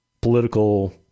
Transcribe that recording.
political